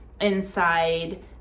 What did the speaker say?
inside